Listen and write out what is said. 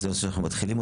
זה נושא שאנחנו מתחילים.